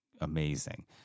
amazing